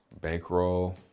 Bankroll